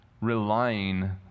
relying